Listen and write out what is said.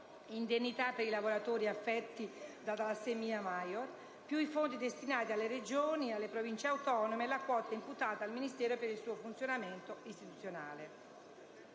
indennità per i lavoratori affetti da talassemia *major*) più i fondi destinati alle Regioni, alle Province autonome e la quota imputata al Ministero per il suo funzionamento istituzionale.